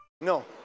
No